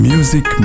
Music